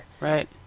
right